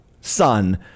son